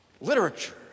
literature